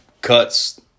cuts